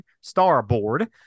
Starboard